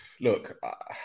look